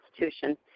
institution